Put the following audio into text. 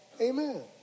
Amen